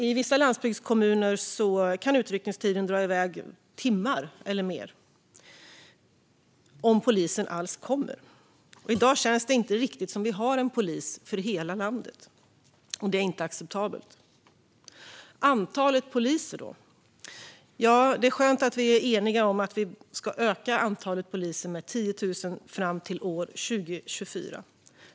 I vissa landsbygdskommuner kan utryckningstiden dra iväg timmar eller mer - om polisen alls kommer. I dag känns det inte riktigt som om vi har en polis för hela landet. Detta är inte acceptabelt. När det gäller antalet poliser är det skönt att vi ska öka antalet poliser med 10 000 fram till 2024.